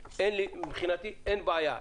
מבחינתי אין בעיה.